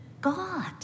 God